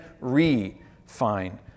refine